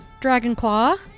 Dragonclaw